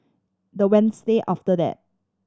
the Wednesday after that